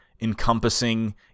encompassing